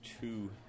two